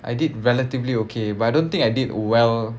I did relatively okay but I don't think I did well